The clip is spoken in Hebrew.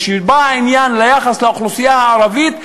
כשבא עניין ליחס לאוכלוסייה הערבית,